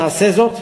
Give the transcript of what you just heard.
נעשה זאת.